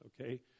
okay